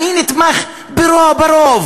אני נתמך ברוב,